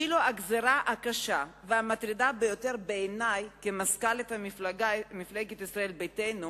ואפילו הגזירה הקשה והמטרידה ביותר בעיני כמזכ"לית מפלגת ישראל ביתנו,